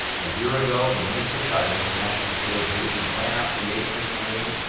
a year ago, he missed the cut in his masters debut, he ran out to the eighteenth green.